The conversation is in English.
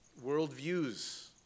worldviews